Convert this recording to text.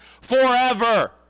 forever